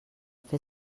fer